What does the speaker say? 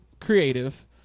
creative